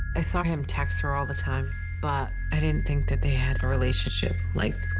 i saw him text her all the time, but i didn't think that they had a relationship like